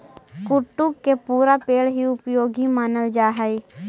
कुट्टू के पुरा पेड़ हीं उपयोगी मानल जा हई